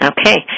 Okay